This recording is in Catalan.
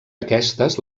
aquestes